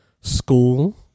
School